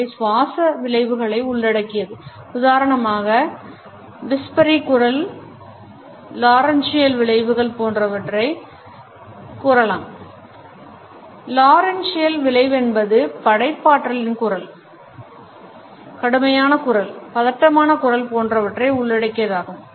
அவை சுவாச விளைவுகளை உள்ளடக்கியது உதாரணமாக விஸ்பரி குரல் லாரென்ஜியல் விளைவுகள் போன்றவற்றைக் கூறலாம் லாரென்ஜியல் விளைவென்பது படைப்பாற்றலின் குரல் கடுமையான குரல் பதட்டமான குரல் போன்றவற்றை உள்ளடக்கியதாகும்